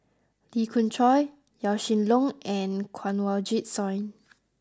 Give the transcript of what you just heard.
Lee Khoon Choy Yaw Shin Leong and Kanwaljit Soin